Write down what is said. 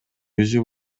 өзү